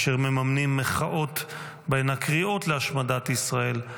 אשר מממנים מחאות ובהן רווחות קריאות להשמדת ישראל,